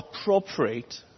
appropriate